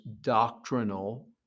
doctrinal